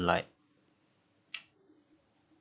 like